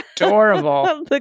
adorable